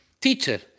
teacher